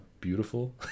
beautiful